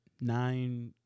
nine